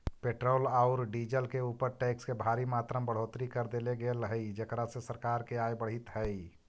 petrol औउर diesel के ऊपर टैक्स के भारी मात्रा में बढ़ोतरी कर देले गेल हई जेकरा से सरकार के आय बढ़ीतऽ हई